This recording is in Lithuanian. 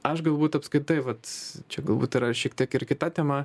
aš galbūt apskritai vat čia galbūt yra šiek tiek ir kita tema